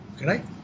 right